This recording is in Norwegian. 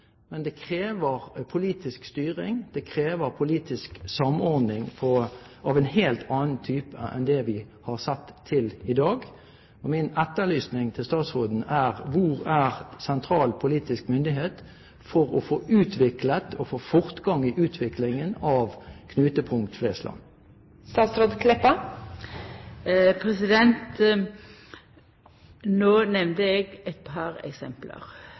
Men det krever politisk styring, det krever politisk samordning av en helt annen type enn det vi har sett til i dag. Min etterlysning til statsråden er: Hvor er sentral politisk myndighet for å få utviklet og få fortgang i utviklingen av knutepunkt Flesland?